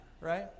Right